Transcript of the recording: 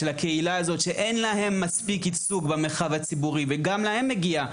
אין להם מספיק ייצוג במרחב הציבורי, וגם להם מגיע.